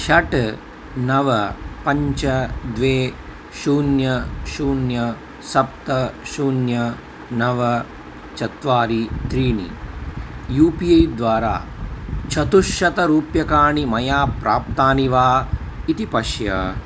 षट् नव पञ्च द्वे शून्यं शून्यं सप्त शून्यं नव चत्वारि त्रीणि यु पि ऐ द्वारा चतुश्शतरूप्यकाणि मया प्राप्तानि वा इति पश्य